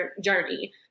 journey